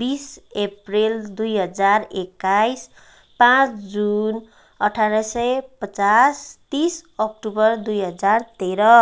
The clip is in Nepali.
बिस अप्रिल दुई हजार एक्काइस पाँच जुन अठार सय पचास तिस अक्टोबर दुई हजार तेह्र